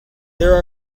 there